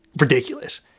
ridiculous